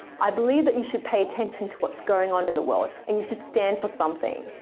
i believe that you should pay attention to what's going on in the world and you should stand for something.